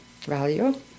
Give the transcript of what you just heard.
value